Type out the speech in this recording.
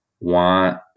want